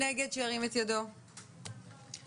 לתוספת שאנחנו נתנו כרגע.